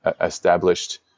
established